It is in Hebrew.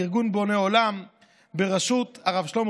לארגון בוני עולם בראשות הרב שלמה